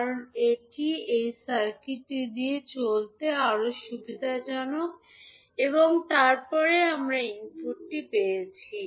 কারণ এটি এই সার্কিটটি দিয়ে চলতে আরও সুবিধাজনক এবং তারপরে আমরা ইনপুটটি পেয়েছি